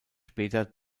später